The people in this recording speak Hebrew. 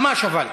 ממש אבל,